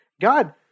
God